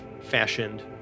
fashioned